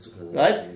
right